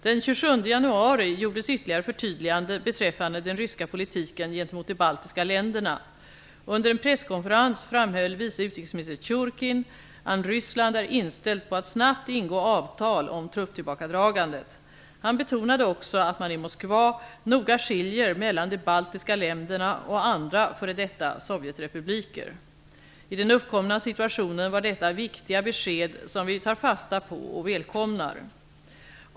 Den 27 januari gjordes ytterligare förtydliganden beträffande den ryska politiken gentemot de baltiska länderna. Under en presskonferens framhöll vice utrikesminister Tjurkin att Ryssland är inställt på att snabbt ingå avtal om trupptillbakadragandet. Han betonade också att man i Moskva noga skiljer mellan de baltiska länderna och andra före detta sovjetrepubliker. I den uppkomna situationen var detta viktiga besked, som vi tar fasta på och välkomnar.